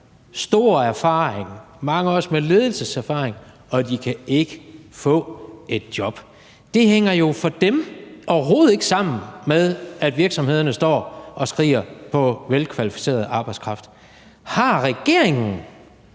stor erfaring, mange også med ledelseserfaring, og de kan ikke få et job. Det hænger jo for dem overhovedet ikke sammen med, at virksomhederne står og skriger på velkvalificeret arbejdskraft. Har regeringen